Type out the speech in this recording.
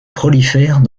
prolifère